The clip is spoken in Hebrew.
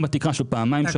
עם התקרה של פעמיים.